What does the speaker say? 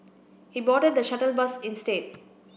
he boarded the shuttle bus instead